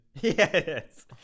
Yes